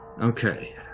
Okay